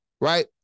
Right